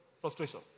Frustration